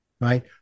Right